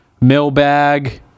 mailbag